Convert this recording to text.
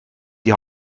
die